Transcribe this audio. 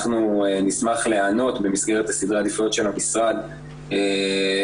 אנחנו נשמח להיענות במסגרת סדרי העדיפויות של המשרד כמובן,